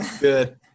Good